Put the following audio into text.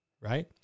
right